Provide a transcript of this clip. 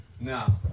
No